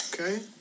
Okay